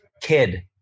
Kid